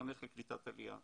לחנך לקליטת עלייה.